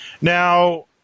Now